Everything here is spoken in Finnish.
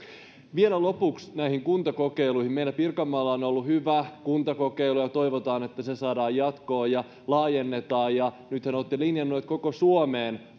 vielä lopuksi näihin kuntakokeiluihin meillä pirkanmaalla on ollut hyvä kuntakokeilu ja toivotaan että se saadaan jatkoon ja laajennetaan nythän te olette linjannut että koko suomeen